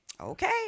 Okay